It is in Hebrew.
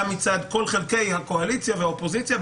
גם מצד כל חלקי הקואליציה והאופוזיציה.